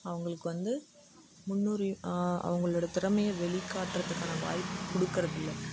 அவங்களுக்கு வந்து முன்னுரிமை அவங்களோட திறமையை வெளிக் காட்டுறதுக்கான வாய்ப்பு கொடுக்குறதில்ல